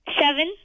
Seven